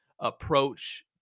approach